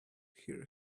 hear